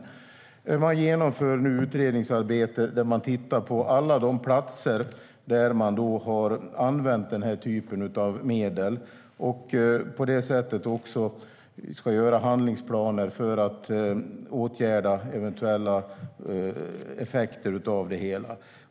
Man genomför nu ett utredningsarbete där man tittar på alla de platser där man har använt denna typ av medel och ska göra handlingsplaner för att åtgärda eventuella effekter av detta.